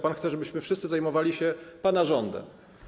Pan chce, żebyśmy wszyscy zajmowali się pana rządem.